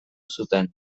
zuten